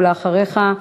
ואחריך,